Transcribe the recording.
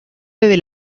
bebe